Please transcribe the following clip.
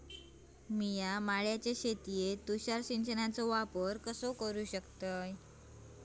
मिया माळ्याच्या शेतीत तुषार सिंचनचो वापर कसो करू?